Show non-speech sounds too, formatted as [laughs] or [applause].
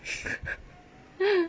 [laughs]